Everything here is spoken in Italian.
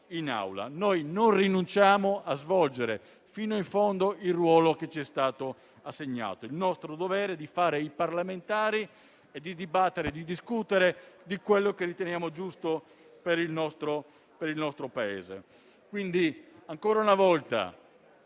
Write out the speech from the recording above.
Non rinunciamo a svolgere fino in fondo il ruolo che ci è stato assegnato, stante il nostro dovere di fare i parlamentari, dibattendo e discutendo di ciò che riteniamo giusto per il nostro Paese.